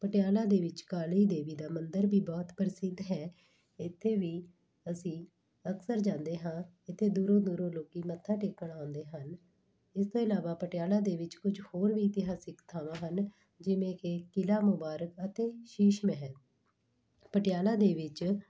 ਪਟਿਆਲਾ ਦੇ ਵਿੱਚ ਕਾਲੀ ਦੇਵੀ ਦਾ ਮੰਦਰ ਵੀ ਬਹੁਤ ਪ੍ਰਸਿੱਧ ਹੈ ਇੱਥੇ ਵੀ ਅਸੀਂ ਅਕਸਰ ਜਾਂਦੇ ਹਾਂ ਇੱਥੇ ਦੂਰੋਂ ਦੂਰੋਂ ਲੋਕੀ ਮੱਥਾ ਟੇਕਣ ਆਉਂਦੇ ਹਨ ਇਸ ਤੋਂ ਇਲਾਵਾ ਪਟਿਆਲਾ ਦੇ ਵਿੱਚ ਕੁਝ ਹੋਰ ਵੀ ਇਤਿਹਾਸਕ ਥਾਂਵਾਂ ਹਨ ਜਿਵੇਂ ਕਿ ਕਿਲਾ ਮੁਬਾਰਕ ਅਤੇ ਸ਼ੀਸ਼ ਮਹਿਲ ਪਟਿਆਲਾ ਦੇ ਵਿੱਚ